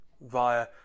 via